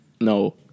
no